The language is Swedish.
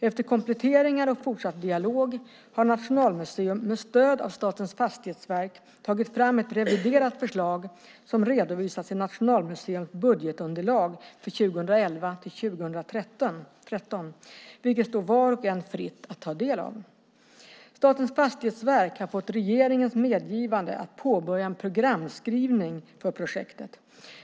Efter kompletteringar och fortsatt dialog har Nationalmuseum med stöd av Statens fastighetsverk tagit fram ett reviderat förslag som redovisas i Nationalmuseums budgetunderlag för 2011-2013, vilket står var och en fritt att ta del av. Statens fastighetsverk har fått regeringens medgivande att påbörja en programskrivning för projektet.